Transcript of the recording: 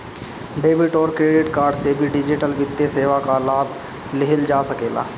debit अउरी credit card से भी डिजिटल वित्तीय सेवा कअ लाभ लिहल जा सकेला